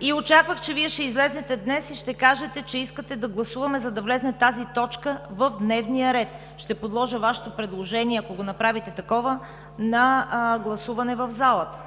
И очаквах, че Вие ще излезете днес и ще кажете, че искате да гласуваме, за да влезе тази точка в дневния ред. Ще подложа Вашето предложение, ако направите такова, на гласуване в залата.